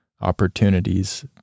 opportunities